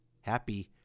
happy